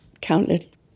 counted